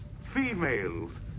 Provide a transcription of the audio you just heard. females